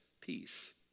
peace